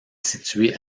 situé